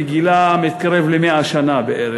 וגילה מתקרב ל-100 שנה בערך.